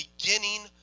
beginning